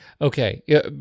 Okay